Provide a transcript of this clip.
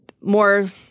more